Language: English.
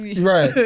Right